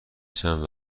چند